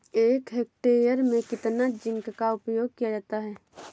एक हेक्टेयर में कितना जिंक का उपयोग किया जाता है?